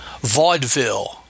vaudeville